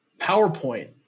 PowerPoint